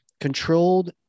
controlled